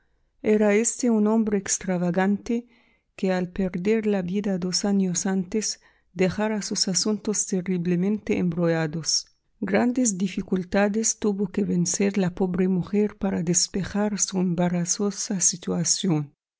era éste un hombre extravagante que al perder la vida dos años antes dejara sus asuntos terriblemente embrollados grandes dificultades tuvo que vencer la pobre mujer para despejar su embarazosa situación